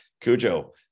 Cujo